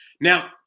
Now